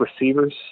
receivers